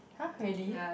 !huh! really